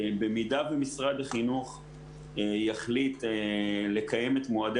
במידה ומשרד החינוך יחליט לקיים את מועדי